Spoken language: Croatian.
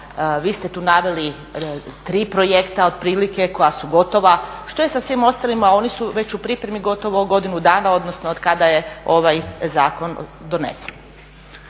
Vi ste tu naveli tri projekta otprilike koja su gotova. Što je sa svim ostalima, oni su već u pripremi gotovo godinu dana odnosno od kada je ovaj zakon donesen?